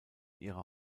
ihrer